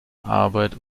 arbeit